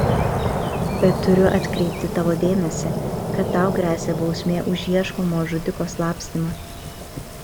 bet turiu atkreipti tavo dėmesį kad tau gresia bausmė už ieškomo žudiko slapstymą